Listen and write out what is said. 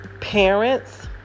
parents